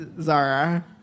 Zara